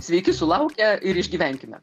sveiki sulaukę ir išgyvenkime